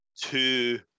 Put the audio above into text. two